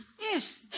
Yes